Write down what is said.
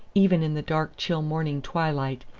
even in the dark, chill morning twilight,